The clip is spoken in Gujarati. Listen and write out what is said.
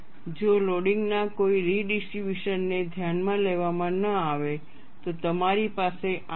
જો લોડિંગ ના કોઈ રિડિસ્ટ્રિબ્યુશન ને ધ્યાનમાં લેવામાં ન આવે તો તમારી પાસે આ છે